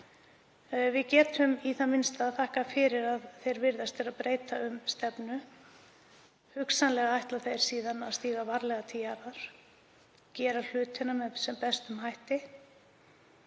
Við getum í það minnsta þakkað fyrir að þeir virðast vera að breyta um stefnu. Hugsanlega ætla þeir síðan að stíga varlega til jarðar og gera hlutina með sem bestum hætti.